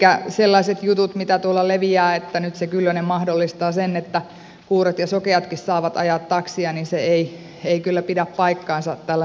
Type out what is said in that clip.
elikkä sellaiset jutut mitä tuolla leviää että nyt se kyllönen mahdollistaa sen että kuurot ja sokeatkin saavat ajaa taksia eivät kyllä pidä paikkaansa tällä nykykalustolla